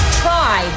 try